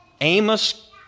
Amos